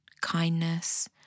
kindness